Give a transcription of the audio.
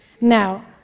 Now